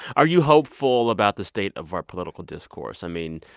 are you hopeful about the state of our political discourse? i mean,